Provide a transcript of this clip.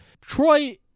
Troy